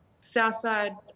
Southside